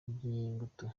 by’ingutu